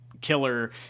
killer